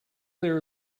there